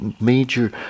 major